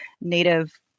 Native